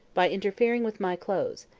by interfering with my clothes.